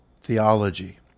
theology